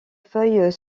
feuilles